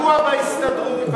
תקוע בהסתדרות,